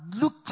Look